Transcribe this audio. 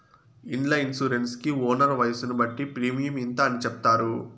ఇండ్ల ఇన్సూరెన్స్ కి ఓనర్ వయసును బట్టి ప్రీమియం ఇంత అని చెప్తారు